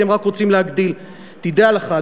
אתם רק רוצים להגדיל" תדע לך,